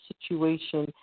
situation